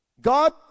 God